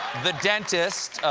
the dentist,